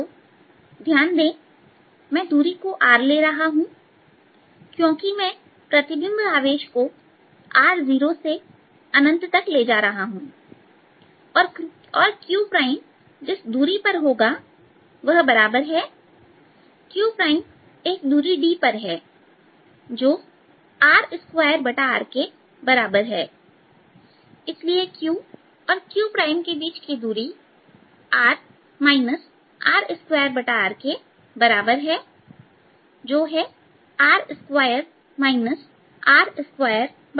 तो ध्यान दें मैं दूरी को r ले रहा हूं क्योंकि मैं प्रतिबिंब आवेश को r0से ले जा रहा हूं और q प्राइम जिस दूरी पर होगा वह बराबर है q प्राइम एक दूरी d पर है जो R2rके बराबर है इसलिए q और q प्राइम के बीच की दूरी r R2rके बराबर है जो है r2 R2r